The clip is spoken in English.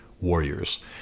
warriors